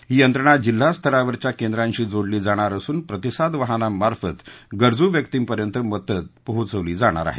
ही यंत्रणा जिल्हा स्तरावरच्या केंद्रांशी जोडली जाणार असून प्रतिसाद वाहनांमार्फत गरजू व्यक्तीपर्यंत मदत पोहोचवली जाणार आहे